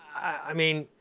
i mean,